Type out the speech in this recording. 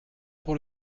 pour